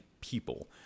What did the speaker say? people